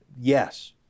Yes